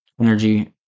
energy